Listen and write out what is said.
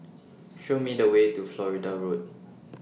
Show Me The Way to Florida Road